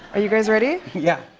are you guys ready? yeah.